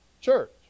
church